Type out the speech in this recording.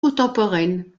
contemporaines